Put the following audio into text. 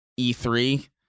E3